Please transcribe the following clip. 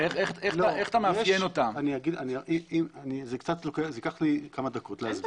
נקרא חברה משותפת, בחוק.